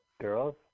girls